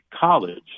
college